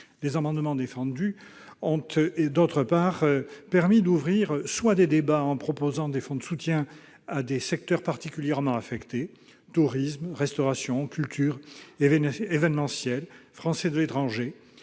amendements que nous avons soutenus ont permis soit d'ouvrir des débats, en proposant des fonds de soutien à des secteurs particulièrement affectés- tourisme, restauration, culture, événementiel, Français de l'étranger